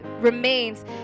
remains